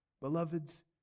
beloveds